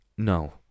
no